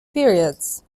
periods